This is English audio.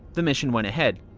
the mission went ahead.